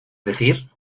decir